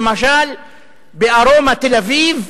למשל ב"ארומה" תל-אביב,